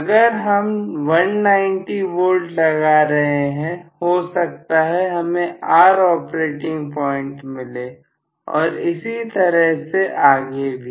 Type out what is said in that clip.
अगर हम 190V लगा रहे हैं हो सकता है हमें R ऑपरेटिंग प्वाइंट मिले और इसी तरह से आगे भी